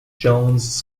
jones